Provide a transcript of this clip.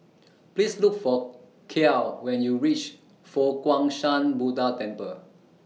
Please Look For Kiel when YOU REACH Fo Guang Shan Buddha Temple